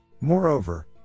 Moreover